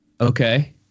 Okay